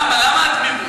למה להיות תמימים?